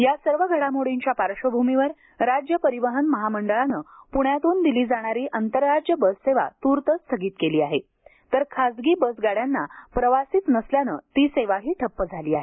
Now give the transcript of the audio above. या सर्व घडामोडींच्या पार्श्वभूमीवर राज्य परिवहन महामंडळाने पुण्यातून दिली जाणारी आंतरराज्य बससेवा तूर्त स्थगित केली आहे तर खासगी बस गाडयांना प्रवासीच नसल्यानं ती सेवाही ठप्प झाली आहे